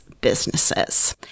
businesses